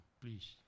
please